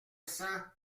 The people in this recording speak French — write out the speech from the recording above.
cents